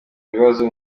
bibazo